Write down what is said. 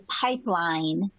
pipeline